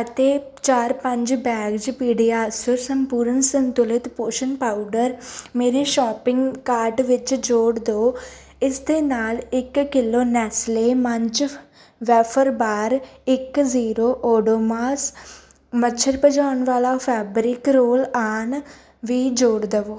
ਅਤੇ ਚਾਰ ਪੰਜ ਬੈਗਜ਼ ਪੀਡਿਆਸੁਰ ਸੰਪੂਰਨ ਸੰਤੁਲਿਤ ਪੋਸ਼ਣ ਪਾਊਡਰ ਮੇਰੇ ਸ਼ੋਪਿੰਗ ਕਾਰਟ ਵਿੱਚ ਜੋੜ ਦਿਓ ਇਸ ਦੇ ਨਾਲ ਇੱਕ kilo Nestle munch wafer bar ਇੱਕ ਜ਼ੀਰੋ ਓਡੋਮੋਸ ਮੱਛਰ ਭਜਾਉਣ ਵਾਲਾ ਫੈਬਰਿਕ ਰੋਲ ਆਨ ਵੀ ਜੋੜ ਦੇਵੋ